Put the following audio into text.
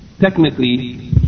Technically